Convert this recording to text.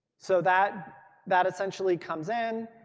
so that that essentially comes in.